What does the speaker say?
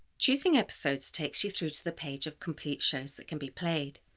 choosing episodes takes you through to the page of complete shows that can be played,